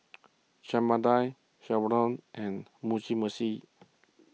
Chana Dal and Meshi